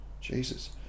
jesus